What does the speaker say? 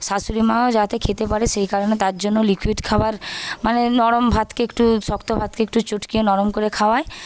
শাশুড়ি মাও যাতে খেতে পারে সেই কারণে তার জন্য লিকুইড খাবার মানে নরম ভাতকে একটু শক্ত ভাতকে চটকিয়ে নরম করে খাওয়াই